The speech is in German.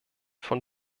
von